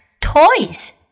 toys